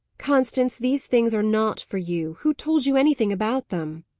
constance, these things are not for you. who told you anything about them?